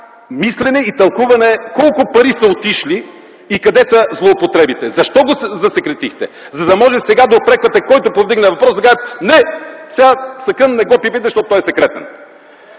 мислене и тълкуване колко пари са отишли и къде са злоупотребите. Защо го засекретихте?! За да може сега да упреквате който повдигне въпрос и да му кажете: „Сакън, не го пипайте, защото той е секретен”.